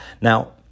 Now